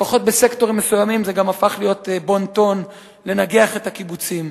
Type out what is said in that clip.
לפחות בסקטורים מסוימים זה גם הפך להיות בון-טון לנגח את הקיבוצים.